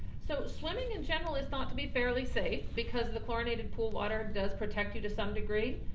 so swimming in general is thought to be fairly safe because the chlorinated pool water, does protect you to some degree.